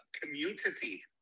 community